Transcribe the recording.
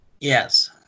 Yes